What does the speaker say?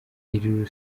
iri